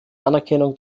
anerkennung